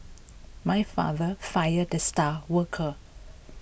my father fired the star worker